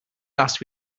last